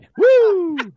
Woo